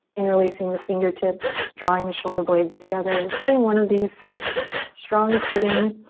interlacing the fingertips, drawing the shoulder blades together. just doing one of these. so strong footing.